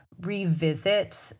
revisit